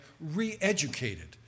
re-educated